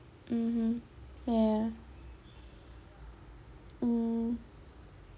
mmhmm ya mm